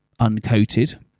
uncoated